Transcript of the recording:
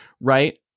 right